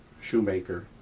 shoemaker,